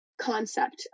concept